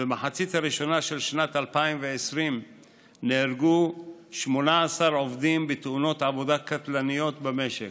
במחצית הראשונה של שנת 2020 נהרגו 18 עובדים בתאונות עבודה קטלניות במשק